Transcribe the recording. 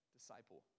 Disciple